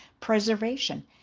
preservation